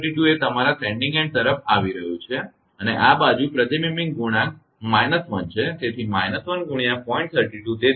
32 એ તમારા sending end તરફ આવી રહ્યું છે અને આ બાજુ પ્રતિબિંબ ગુણાંક −1 છે તેથી −1 × 0